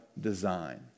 design